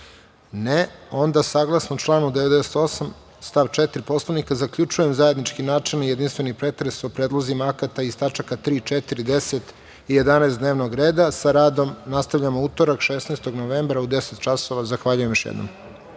(Ne)Saglasno članu 98. stav 4. Poslovnika, zaključujem zajednički načelni i jedinstveni pretres o predlozima akata iz tačaka 3, 4, 10. i 11. dnevnog reda. Sa radom nastavljamo u utorak, 16. novembra, u 10.00 časova. Zahvaljujem još jednom.